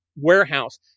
warehouse